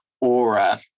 Aura